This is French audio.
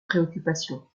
préoccupation